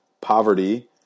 poverty